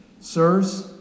sirs